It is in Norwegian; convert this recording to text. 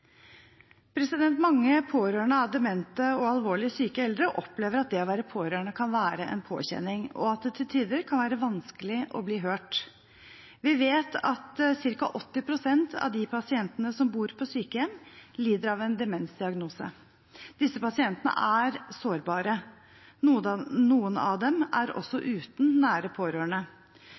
Mange pårørende av demente og alvorlig syke eldre opplever at det å være pårørende kan være en påkjenning, og at det til tider kan være vanskelig å bli hørt. Vi vet at ca. 80 pst. av de pasientene som bor på sykehjem, lider av en demensdiagnose. Disse pasientene er sårbare. Noen av dem er også uten nære pårørende.